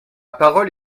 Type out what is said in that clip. parole